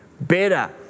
better